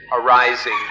arising